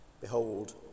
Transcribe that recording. behold